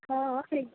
हँ की